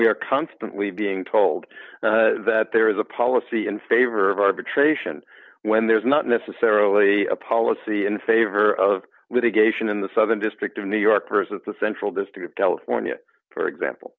we are constantly being told that there is a policy in favor of arbitration when there's not necessarily a policy in favor of litigation in the southern district of new york person at the central district of california for example